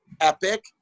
epic